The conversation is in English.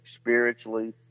spiritually